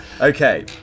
okay